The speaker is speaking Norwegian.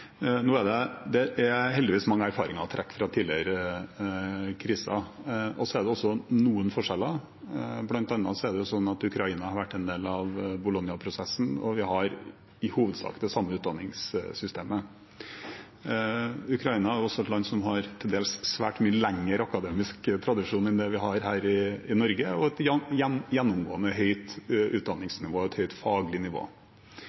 Det er heldigvis mange erfaringer å trekke fra tidligere kriser, og det er også noen forskjeller. Blant annet har Ukraina vært en del av Bologna-prosessen, og vi har i hovedsak det samme utdanningssystemet. Ukraina er også et land som har til dels svært mye lengre akademisk tradisjon enn det vi har i Norge, og de har et gjennomgående høyt utdanningsnivå – et høyt faglig nivå.